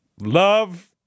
Love